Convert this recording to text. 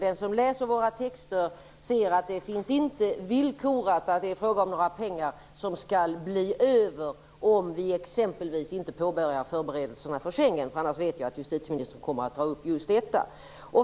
Den som läser våra texter ser att det inte finns villkorat att det är fråga om några pengar som skall bli över om vi exempelvis inte påbörjar förberedelserna för Schengen. Jag säger det för jag vet att justitieministern annars kommer att ta upp just detta.